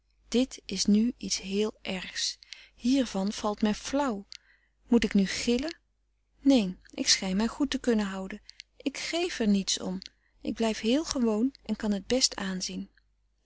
dit is nu iets heel ergs hiervan valt men flauw moet ik nu gillen neen ik schijn mij goed te kunnen houden ik geef er niets om ik blijf heel gewoon en kan het best